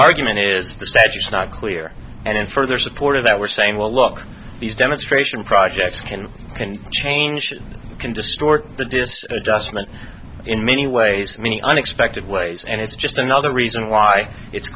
argument is the status not clear and in further support of that we're saying well look these demonstration projects can can change can distort the disc adjustment in many ways many unexpected ways and it's just another reason why it's